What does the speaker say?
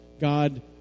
God